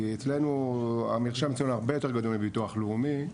אצלנו המרשם הרבה יותר גדול מביטוח לאומי,